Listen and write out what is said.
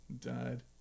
Died